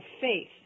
faith